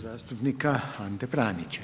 zastupnika Ante Pranića.